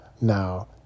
now